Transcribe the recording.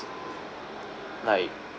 like